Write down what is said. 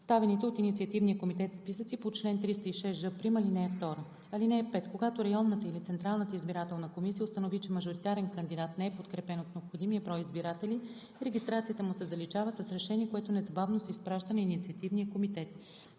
представените от инициативния комитет списъци по чл. 306ж', ал. 2. (5) Когато районната или Централната избирателна комисия установи, че мажоритарен кандидат не е подкрепен от необходимия брой избиратели, регистрацията му се заличава с решение, което незабавно се изпраща на инициативния комитет.